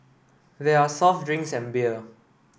there are soft drinks and beer